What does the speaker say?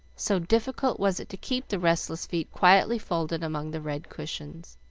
so difficult was it to keep the restless feet quietly folded among the red cushions.